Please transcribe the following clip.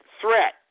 threat